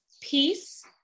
Peace